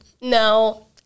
No